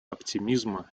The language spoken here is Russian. оптимизма